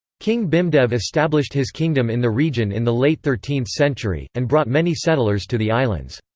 king bhimdev established his kingdom in the region in the late thirteenth century, and brought many settlers to the islands.